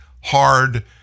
hard